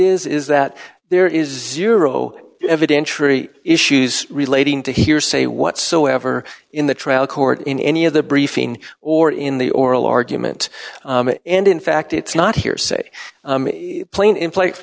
is is that there is zero evidentiary issues relating to hearsay whatsoever in the trial court in any of the briefing or in the oral argument and in fact it's not hearsay plain in place